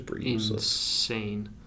Insane